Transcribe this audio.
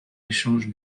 échange